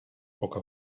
poca